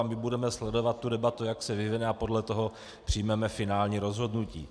My budeme sledovat debatu, jak se vyvine, a podle toho přijmeme finální rozhodnutí.